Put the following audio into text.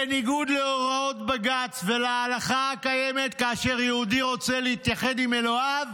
בניגוד להוראות בג"ץ ולהלכה הקיימת כאשר יהודי רוצה להתייחד עם אלוהיו,